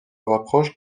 rapproche